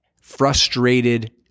frustrated